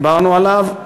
דיברנו עליו,